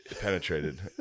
penetrated